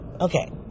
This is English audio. Okay